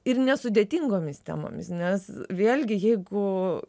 ir nesudėtingomis temomis nes vėlgi jeigu